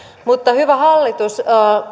mutta hyvä hallitus